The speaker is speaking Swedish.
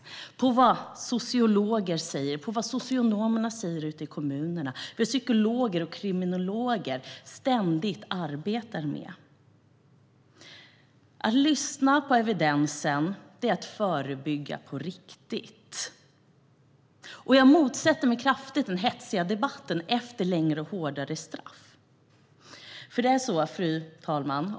Vi baserar den på vad sociologer säger, på vad socionomerna ute i kommunerna säger och på vad psykologer och kriminologer ständigt arbetar med. Att lyssna på evidensen är att förebygga på riktigt. Jag motsätter mig kraftigt den hetsiga debatten där det ropas på längre och hårdare straff.